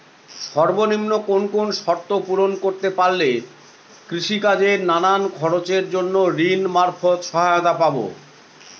সর্বনিম্ন কোন কোন শর্ত পূরণ করতে পারলে কৃষিকাজের নানান খরচের জন্য ঋণ মারফত সহায়তা পাব?